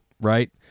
right